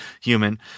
human